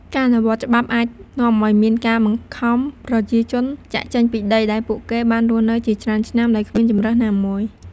ការអនុវត្តច្បាប់អាចនាំឲ្យមានការបង្ខំប្រជាជនចាកចេញពីដី ដែលពួកគេបានរស់នៅជាច្រើនឆ្នាំដោយគ្មានជម្រើសណាមួយ។